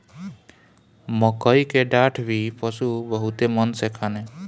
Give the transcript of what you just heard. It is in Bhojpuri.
मकई के डाठ भी पशु बहुते मन से खाने